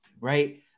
Right